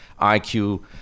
IQ